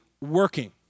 working